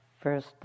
first